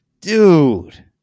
Dude